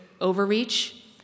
overreach